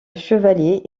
chevalier